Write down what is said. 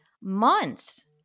months